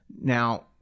Now